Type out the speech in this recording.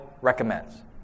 recommends